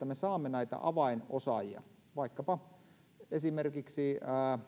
me saamme näitä avainosaajia vaikkapa esimerkiksi